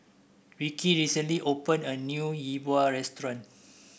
Rikki recently opened a new Yi Bua Restaurant